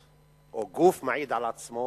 או גוף מעיד על עצמו.